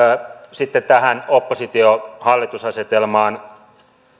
sitten tähän oppositio hallitus asetelmaan